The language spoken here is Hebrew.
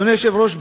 אדוני היושב-ראש,